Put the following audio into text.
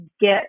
get